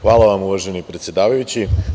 Hvala vam, uvaženi predsedavajući.